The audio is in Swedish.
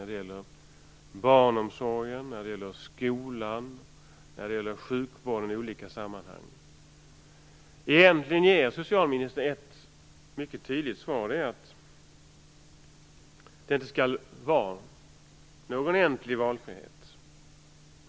Det gäller barnomsorgen, skolan och sjukvården m.m. Egentligen ger socialministern ett mycket tydligt svar, nämligen att det inte skall vara någon egentlig valfrihet.